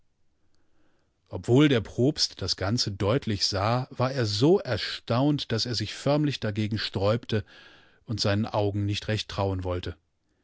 obwohl der propst das ganze deutlich sah war er so erstaunt daß er sich förmlich dagegen sträubte und seinen augen nicht recht trauen wollte